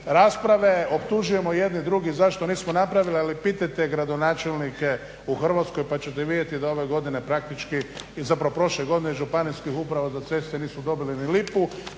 rasprave, optužujemo jedni druge zašto nismo napravili. Ali pitajte gradonačelnike u Hrvatskoj pa ćete vidjeti da ove godine praktički i zapravo prošle godine Županijskih uprava za ceste nisu dobile ni lipu.